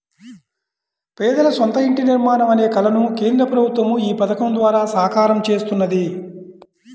పేదల సొంత ఇంటి నిర్మాణం అనే కలను కేంద్ర ప్రభుత్వం ఈ పథకం ద్వారా సాకారం చేస్తున్నది